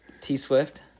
T-Swift